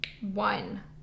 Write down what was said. One